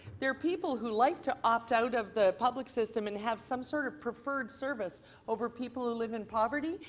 there are people who like to opt out of the public system and have some sort of preferred service over people who live in poverty,